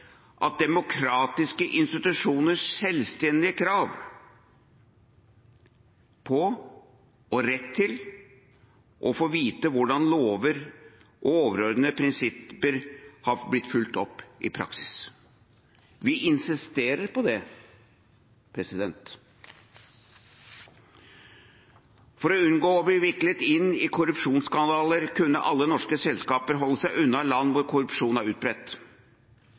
demokratiske institusjoners selvstendige krav på og rett til å få vite hvordan lover og overordnede prinsipper har blitt fulgt opp i praksis. Vi insisterer på det. For å unngå å bli viklet inn i korrupsjonsskandaler kunne alle norske selskaper holde seg unna land hvor korrupsjon er utbredt.